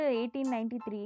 1893